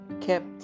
kept